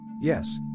Yes